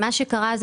השאלה הזאת